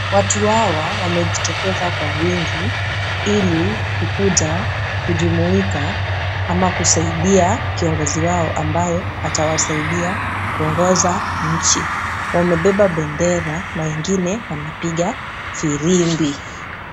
Watu hawa wamejitokeza kwa wingi ili kukuja kujumuika ama kusaidia kiongozi wao ambaye atawasaidia kuongoza nchi. Wamebeba bendera na wengine wanapiga firimbi.